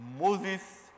Moses